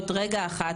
להיות רגע אחת,